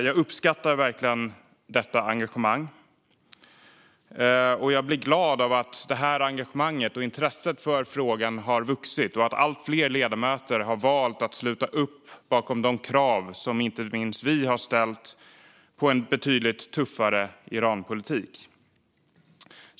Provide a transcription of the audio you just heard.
Jag uppskattar verkligen engagemanget, och jag blir glad över att engagemanget och intresset har vuxit och att allt fler ledamöter har valt att sluta upp bakom de krav som inte minst vi har ställt på en betydligt tuffare Iranpolitik.